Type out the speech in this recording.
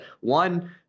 one